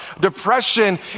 depression